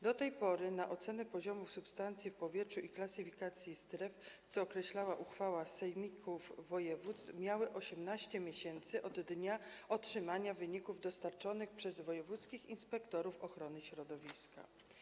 Do tej pory na ocenę poziomu substancji w powietrzu i klasyfikację stref, co określała uchwała sejmików województw, miały one 18 miesięcy od dnia otrzymania wyników dostarczonych przez wojewódzkich inspektorów ochrony środowiska.